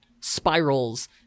spirals